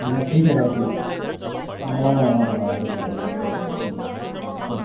অঁ ঠিক আছে তেতিয়াহ'লে অঁ অঁ আহিব আহিব